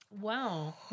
wow